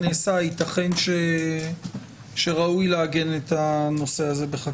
ייתכן שראוי לעגן את הנושא הזה בחקיקה.